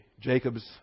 Jacob's